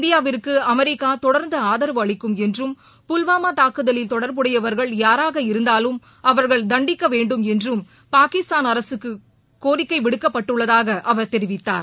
இந்தியாவிற்கு அமெரிக்கா தொடர்ந்து ஆதரவு அளிக்கும் என்றும் புல்வாமா தாக்குதலில் தொடர்புடையவர்கள் யாராக இருந்தாலும் அவர்களை தண்டிக்க வேண்டும் என்று பாகிஸ்தான் அரசுக்கு கோரிக்கை விடுக்கப்பட்டுள்ளதாக அவர் தெரிவித்தார்